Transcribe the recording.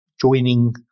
joining